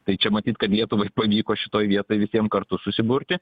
tai čia matyt kad lietuvai pavyko šitoj vietoj visiem kartu susiburti